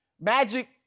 Magic